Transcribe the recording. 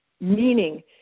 meaning